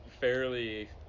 fairly